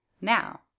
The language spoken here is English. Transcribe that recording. now